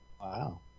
Wow